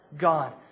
God